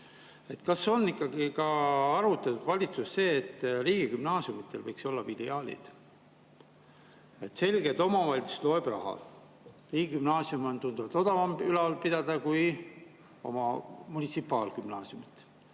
Kas on ikkagi ka arutatud valitsuses seda, et riigigümnaasiumidel võiks olla filiaalid? Selge, et omavalitsus loeb raha. Riigigümnaasium on tunduvalt odavam ülal pidada kui oma munitsipaalgümnaasiumid.